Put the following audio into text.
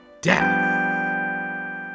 Death